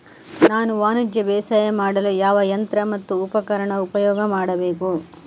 ನಾನು ವಾಣಿಜ್ಯ ಬೇಸಾಯ ಮಾಡಲು ಯಾವ ಯಂತ್ರ ಮತ್ತು ಉಪಕರಣ ಉಪಯೋಗ ಮಾಡಬೇಕು?